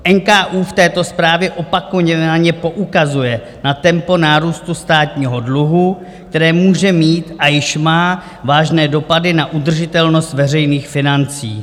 NKÚ v této zprávě opakovaně poukazuje na tempo nárůstu státního dluhu, které může mít a již má vážné dopady na udržitelnost veřejných financí.